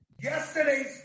Yesterday's